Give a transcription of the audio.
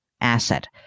asset